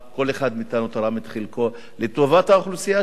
כל אחד מאתנו תרם את חלקו לטובת האוכלוסייה שלו,